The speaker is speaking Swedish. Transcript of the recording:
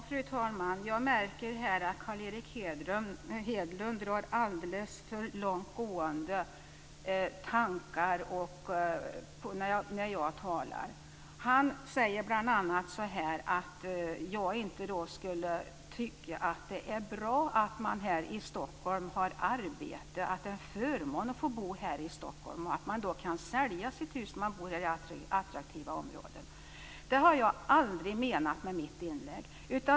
Fru talman! Jag märker här att Carl Erik Hedlund drar alldeles för långtgående slutsatser när jag talar. Han säger bl.a. att jag inte skulle tycka att det är bra att man här i Stockholm har arbete, att det är en förmån att få bo här i Stockholm och att man kan sälja sitt hus i attraktiva områden. Det har jag aldrig menat med mitt inlägg.